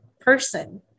person